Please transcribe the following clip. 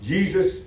Jesus